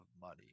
money